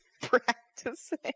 practicing